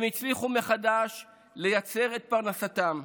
הם הצליחו מחדש לייצר את פרנסתם,